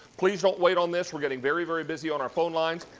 please don't wait on this, we are getting very, very busy on our phone lines,